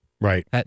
Right